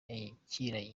yakiranywe